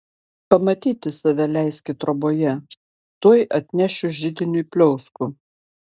pamatyti save leiski troboje tuoj atnešiu židiniui pliauskų